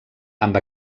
amb